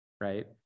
Right